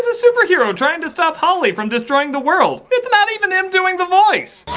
ah super hero trying to stop holli from destroying the world. it's not even him doing the voice!